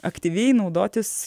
aktyviai naudotis